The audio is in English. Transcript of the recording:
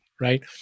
right